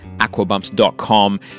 aquabumps.com